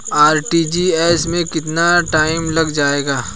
RTGS में कितना time लग जाएगा?